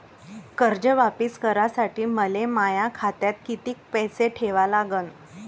कर्ज वापिस करासाठी मले माया खात्यात कितीक पैसे ठेवा लागन?